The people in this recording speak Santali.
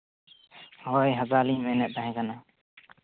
ᱦᱳᱭ ᱦᱟᱛᱟᱣ ᱞᱤᱧ ᱢᱮᱱᱮᱫ ᱛᱟᱦᱮᱸ ᱠᱟᱱᱟ